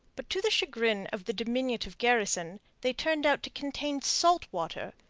but to the chagrin of the diminutive garrison they turned out to contain salt water,